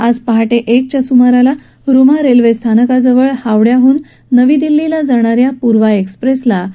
आज पहाटे एकच्या सुमाराला रुमा रेल्वे स्थानकाजवळ हावड्याहून नवी दिल्लीला जाणार्या पूर्वा एक्सप्रेसला हा अपघात झाला